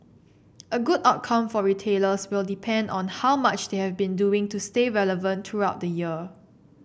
a good outcome for retailers will depend on how much they have been doing to stay relevant throughout the year